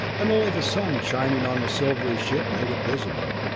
and only the sun shining on the silvery ship made it visible.